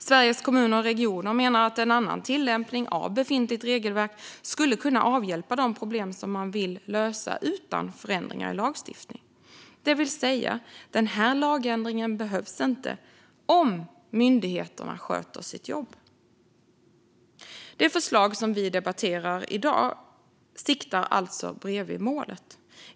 Sveriges Kommuner och Regioner menar att en annan tillämpning av det befintliga regelverket skulle kunna avhjälpa de problem som man vill lösa utan förändringar i lagstiftningen, det vill säga att den här lagändringen inte behövs om myndigheterna sköter sitt jobb. Det förslag som vi debatterar i dag siktar alltså bredvid målet.